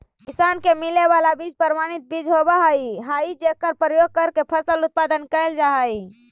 किसान के मिले वाला बीज प्रमाणित बीज होवऽ हइ जेकर प्रयोग करके फसल उत्पादन कैल जा हइ